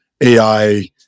AI